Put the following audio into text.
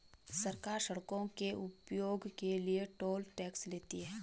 सरकार सड़कों के उपयोग के लिए टोल टैक्स लेती है